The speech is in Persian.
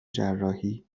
جراحی